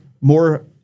more